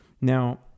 Now